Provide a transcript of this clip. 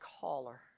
caller